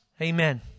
Amen